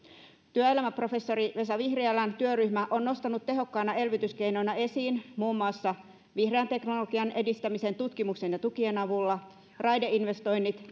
työelämäprofessori vesa vihriälän työryhmä on nostanut tehokkaana elvytyskeinona esiin muun muassa vihreän teknologian edistämisen tutkimuksen ja tukien avulla raideinvestoinnit